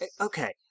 Okay